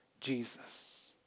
Jesus